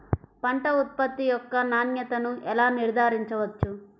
పంట ఉత్పత్తి యొక్క నాణ్యతను ఎలా నిర్ధారించవచ్చు?